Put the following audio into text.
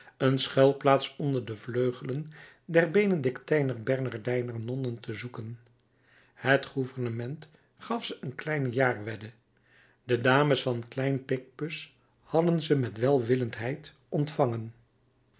een schuilplaats onder de vleugelen der benedictijner bernardijner nonnen te zoeken het gouvernement gaf ze een kleine jaarwedde de dames van klein picpus hadden ze met welwillendheid ontvangen